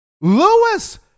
Lewis